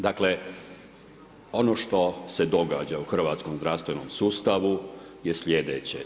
Dakle, ono što se događa u hrvatskom zdravstvenom sustavu je sljedeće.